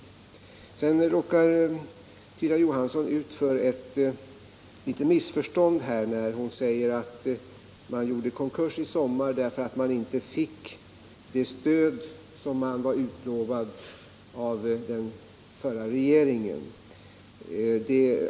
Torsdagen den Sedan har Tyra Johansson råkat ut för ett litet missförstånd när hon 27 oktober 1977 säger att företaget gjorde konkurs i somras därför att man inte fick det stöd som den förra regeringen utlovade.